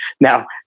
Now